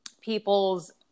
people's